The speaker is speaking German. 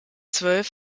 zwölf